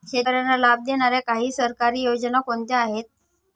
शेतकऱ्यांना लाभ देणाऱ्या काही सरकारी योजना कोणत्या आहेत?